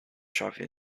shopping